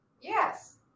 Yes